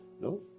No